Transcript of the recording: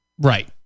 right